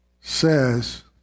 says